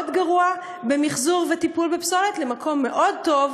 גרוע במחזור ובטיפול בפסולת למקום מאוד טוב,